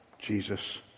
Jesus